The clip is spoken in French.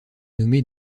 nommé